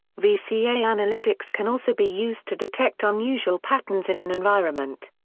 vca analytics can also be used to detect unusual patterns in an environment.